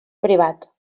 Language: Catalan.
privat